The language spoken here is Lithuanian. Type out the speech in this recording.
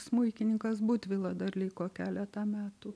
smuikininkas butvila dar liko keletą metų